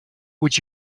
would